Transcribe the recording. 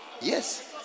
Yes